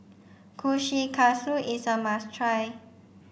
Kushikatsu is a must try